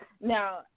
Now